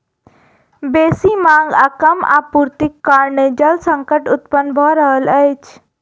बेसी मांग आ कम आपूर्तिक कारणेँ जल संकट उत्पन्न भ रहल अछि